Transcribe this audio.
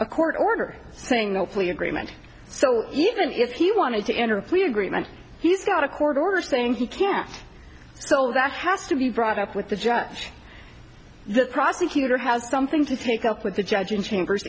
a court order saying no plea agreement so even if he wanted to enter a plea agreement he's got a court order saying he can't so that has to be brought up with the judge the prosecutor has something to take up with the judge in chambers